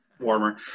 warmer